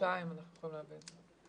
חודשיים אנחנו יכולים להביא את זה